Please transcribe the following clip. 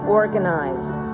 organized